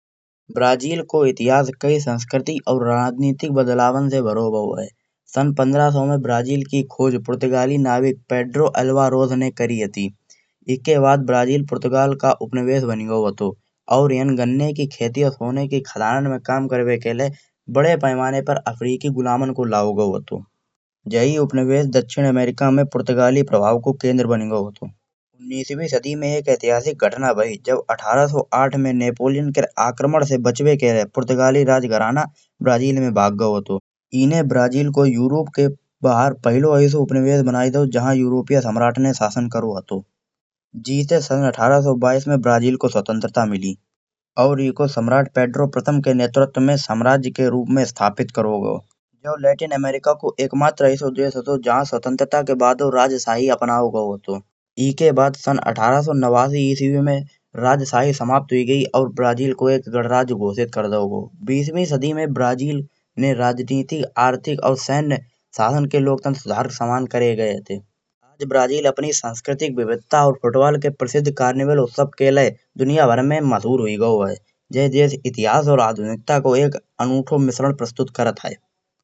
ब्राज़ील को इतिहास कई संस्कृति और राजनीतिक बदलावन से भरोसा भावो है। सन पंद्रा सौ में ब्राज़ील की खोज पुर्तगाली नभिक पेद्रो अलबारोस ने करी हती। ईके बाद ब्राज़ील पुर्तगाल का उपनिवेश बन गवो हाथो। और यहां गन्ने के होने की खादानन में काम करवे के लाये बड़े पैमाने पर अफ्रीकी गुलामन को लाओ हाथो। जेही उपनिवेश दक्षिणा अमेरिका में पुर्तगाली प्रभाव को केंद्र बन गवो हाथो। उन्नीसवीं सदी में एक ऐतिहासिक घटना भई जब अठारह सौ आठ में नेपोलियन के आक्रमाद से बचवे के लाये पुर्तगाली राजघराना ब्राज़ील में भाग गवो हाथो। इने ब्राज़ील को यूरोप के बाहर पहला ऐसो उपनिवेश बना दाओ जहां यूरोपिया सम्राट ने शासन करो हाथो। जेतें संग सन अठारह सौ बाईस में ब्राज़ील को स्वतंत्रता मिली। और ईको सम्रथ पेद्रो प्रथम के नेतत्व में साम्राज्य के रूप में स्थापित करो गवो। जो लैटिन अमेरिका को एक मात्र ऐसो देश हाथो जहां स्वतंत्रता के बादहुं राज्यसाही अपनाओ गवो हाथो। ईके बाद सन अठारह सौ नवासी इस्वी में राज्यसाही समाप्त होये गई और ब्राज़ील को गणराज्य घोषित कर दाओ गवो। बीसवीं सदी में ब्राज़ील ने राजनीतिक आर्थिक और सैन्य सहन के लोकतंत्र सुधारक सामान्य करे गये हते। आज ब्राज़ील अपने सांस्कृतिक विविधता और पुर्तगाल के प्रसिद्ध कार्निवल उत्सव के लाये दुनिया भर में मशहूर होये गवो है। इतिहास और आधुनिकता को एक अनूठो मिश्रण प्रस्तुत करत है।